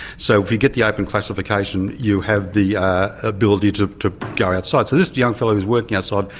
so if you get the open classification you have the ability to to go outside. so this young fellow was working outside.